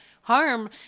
harm